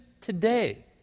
today